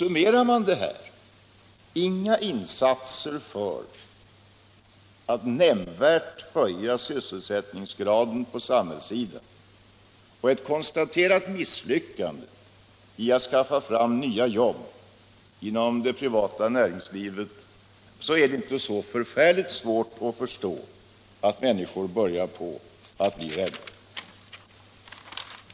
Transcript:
Summerar man allt detta — inga insatser för att nämnvärt höja sysselsättningsgraden på samhällsområdet och ett konstaterat misslyckande när det gäller att skaffa fram nya jobb inom det privata näringslivet, är det inte så förfärligt svårt att förstå att människor börjar bli rädda.